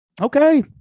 Okay